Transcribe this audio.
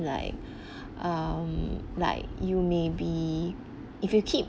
like um like you may be if you keep